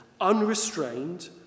unrestrained